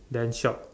then shop